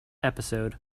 episode